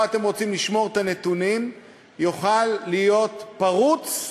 אתם רוצים לשמור את הנתונים יוכל להיות פרוץ,